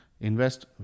Invest